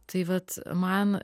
tai vat man